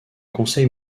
conseil